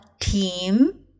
team